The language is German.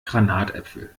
granatäpfel